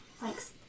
Thanks